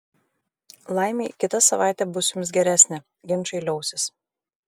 laimei kita savaitė bus jums geresnė ginčai liausis